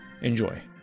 Enjoy